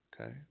Okay